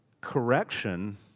correction